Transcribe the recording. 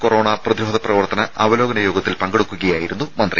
corona പ്രതിരോധ പ്രവർത്തന അവലോകന യോഗത്തിൽ പങ്കെടുക്കുകയായിരുന്നു മന്ത്രി